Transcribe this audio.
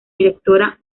directora